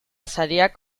sariak